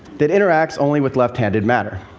that interacts only with left-handed matter.